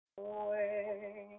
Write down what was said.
away